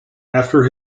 after